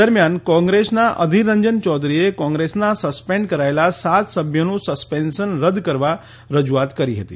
દરમ્યાન કોંગ્રેસના અધિર રંજન યૌધરીએ કોંગ્રેસના સસ્પેન્ડ કરાચેલા સાત સભ્યોનું સસ્પેન્સન રદ્દ કરવા રજુઆત કરી હતી